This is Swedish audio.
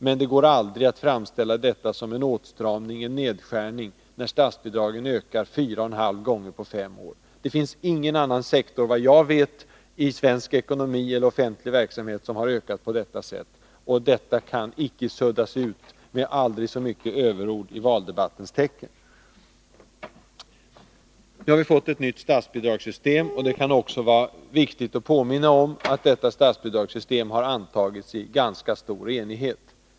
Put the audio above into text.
Men det går inte att framställa en ökning av statsbidraget med fyra och en halv gånger på fem år som en åtstramning eller nedskärning. Det finns såvitt jag vet ingen annan sektor i svensk ekonomi eller svensk offentlig verksamhet som har ökat lika mycket. Det kan inte suddas ut med aldrig så många överord i valdebattens tecken. Nu har vi fått ett nytt statsbidragssystem, och det kan också vara viktigt att påminna om att detta statsbidragssystem har antagits i ganska stor enighet.